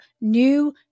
new